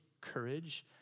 courage